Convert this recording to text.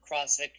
CrossFit